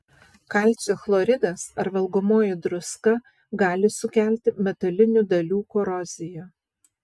kalcio chloridas ar valgomoji druska gali sukelti metalinių dalių koroziją